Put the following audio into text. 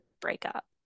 breakup